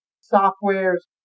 software's